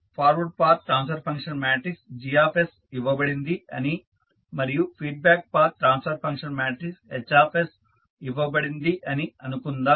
forward path transfer function matrix Gs ఇవ్వబడింది అని మరియు feedback path transfer function matrix H ఇవ్వబడింది అని అనుకుందాం